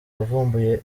wavumbuye